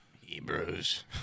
hebrews